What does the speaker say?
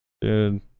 dude